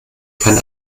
kann